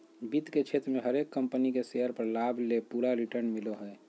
वित्त के क्षेत्र मे हरेक कम्पनी के शेयर पर लाभ ले पूरा रिटर्न मिलो हय